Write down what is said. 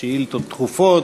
שאילתות דחופות.